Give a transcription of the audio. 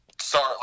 Sorry